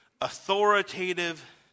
authoritative